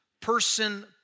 person